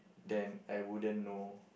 then I wouldn't know